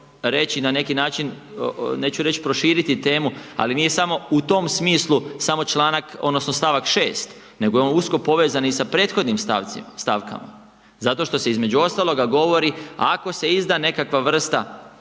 reći, na neki način, neću reći proširiti temu, ali nije samo u tom smislu, samo članak odnosno st. 6, nego je on usko povezan i sa prethodnim stavkama. Zato što se između ostalog, govori, ako se izda nekakva vrsta